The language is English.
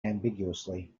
ambiguously